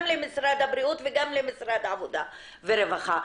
למשרד הבריאות וגם למשרד העבודה ורווחה,